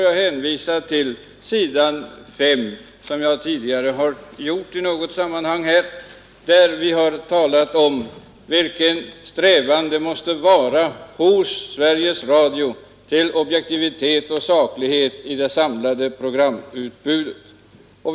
Jag hänvisar till s. 5, vilket jag tidigare har gjort i något sammanhang i dagens debatt, där vi talar om den strävan som måste finnas hos Sveriges Radio till objektivitet och saklighet i det samlade programutbudet.